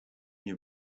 nie